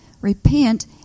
repent